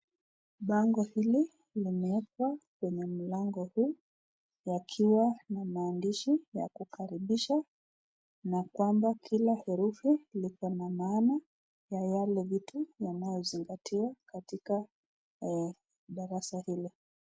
Bango hili limewekwa kwenye mlango huu yakiwa na maandishi ya kukaribisha na kwamba kila herufi liko na maana ya yale vitu yanayozingatiwa katika darasa hili.